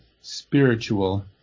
spiritual